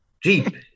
Jeep